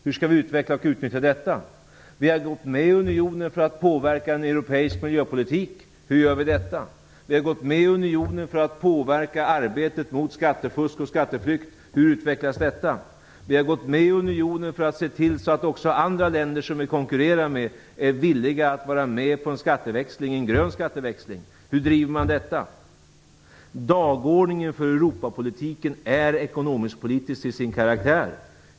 Hur skall vi utveckla och utnyttja detta? Vi har gått med i unionen för att påverka en europeisk miljöpolitik - hur gör vi detta? Vi har gått med i unionen för att påverka arbetet mot skattefusk och skatteflykt - hur utvecklas detta? Vi har gått med i unionen för att se till att också andra länder som vi konkurrerar med är villiga att vara med på en skatteväxling, en grön skatteväxling - hur driver man detta? Dagordningen för Europapolitiken är ekonomiskpolitisk till sin karaktär.